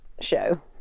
show